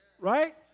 right